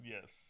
Yes